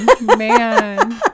man